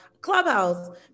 clubhouse